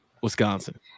Wisconsin